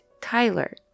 Tyler